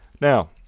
Now